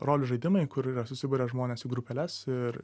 rolių žaidimai kur yra susiburia žmonės į grupeles ir